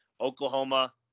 Oklahoma